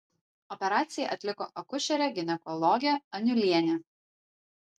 operaciją atliko akušerė ginekologė aniulienė